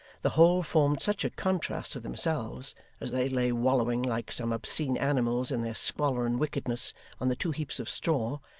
the whole formed such a contrast to themselves, as they lay wallowing, like some obscene animals, in their squalor and wickedness on the two heaps of straw,